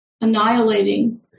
annihilating